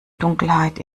dunkelheit